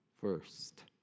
first